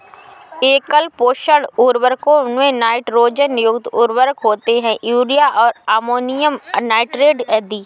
एकल पोषक उर्वरकों में नाइट्रोजन युक्त उर्वरक होते है, यूरिया और अमोनियम नाइट्रेट आदि